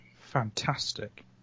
fantastic